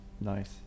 Nice